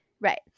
right